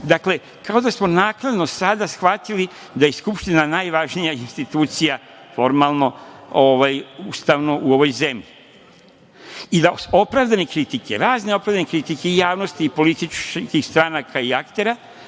dakle, kao da smo naknado sada shvatili da je Skupština najvažnija institucija, formalno, ustavno u ovoj zemlji. Razne opravdane kritike i javnosti i političkih stranka i aktera